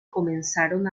comenzaron